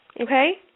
Okay